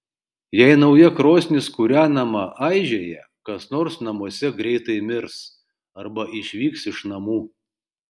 jei nauja krosnis kūrenama aižėja kas nors namuose greitai mirs arba išvyks iš namų